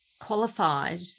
qualified